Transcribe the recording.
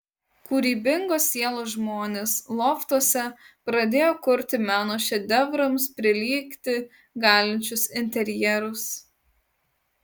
kūrybingos sielos žmonės loftuose pradėjo kurti meno šedevrams prilygti galinčius interjerus